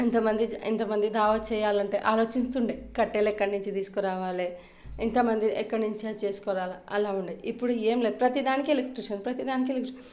ఇంతమంది ఇంతమంది దావత్ చెయ్యాలంటే ఆలోచిస్తుండే కట్టెలు ఎక్కడ్నుంచి తీసుకురావాలే ఇంతమంది ఎక్కడినుంచి చేసుకురాల అలా ఉండే ఇప్పుడు ఏం లేదు ప్రతీ దానికి ఎలక్ట్రిషన్ ప్రతీ దానికి